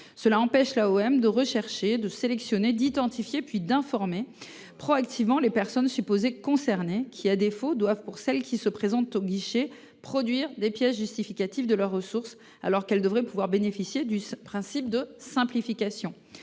Cela empêche l’AOM de rechercher, de sélectionner, d’identifier, puis d’informer de manière proactive les personnes supposément concernées, qui à défaut doivent, pour celles qui se présentent au guichet, produire des pièces justificatives de leurs ressources, alors qu’elles devraient pouvoir bénéficier d’un principe de simplification.